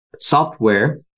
software